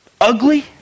ugly